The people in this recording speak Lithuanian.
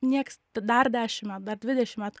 nieks dar dešim me dar dvidešim metų